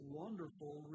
wonderful